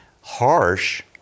harsh